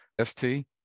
ST